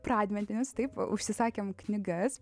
pradmenis taip užsisakėm knygas